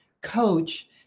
coach